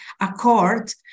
accord